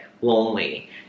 lonely